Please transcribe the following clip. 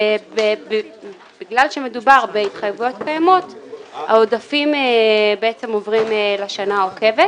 ובגלל שמדובר בהתחייבויות קיימות העודפים עוברים לשנה העוקבת.